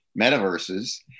metaverses